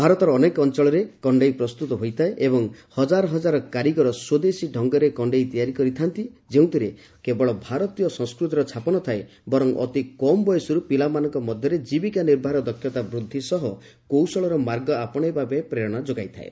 ଭାରତର ଅନେକ ଅଞ୍ଚଳରେ କଣ୍ଢେଇ ପ୍ରସ୍ତୁତ ହୋଇଥାଏ ଏବଂ ହଜାର ହଜାର କାରିଗର ସ୍ୱଦେଶୀ ଡଙ୍ଗରେ କଣ୍ଢେଇ ତିଆରି କରିଥା'ନ୍ତି ଯେଉଁଥିରେ କେବଳ ଭାରତୀୟ ସଂସ୍କୃତିର ଛାପ ନ ଥାଏ ବରଂ ଅତି କମ୍ ବୟସର୍ ପିଲାମାନଙ୍କ ମଧ୍ୟରେ କୀବିକା ନିର୍ବାହର ଦକ୍ଷତା ବୃଦ୍ଧି ସହ କୌଶଳର ମାର୍ଗ ଆପଶେଇବାପାଇଁ ପ୍ରେରଣା ଯୋଗାଇଥାଏ